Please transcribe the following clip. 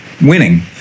winning